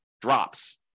drops